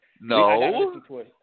No